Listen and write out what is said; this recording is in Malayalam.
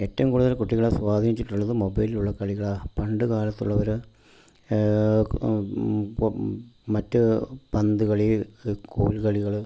ഏറ്റവും കൂടുതൽ കുട്ടികളെ സ്വാധീനിച്ചിട്ടുള്ളതും മൊബൈലിലുള്ള കളികളാണ് പണ്ട് കാലത്തുള്ളൊരോ മറ്റ് പന്ത് കളി കോൽകളികൾ